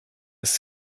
ist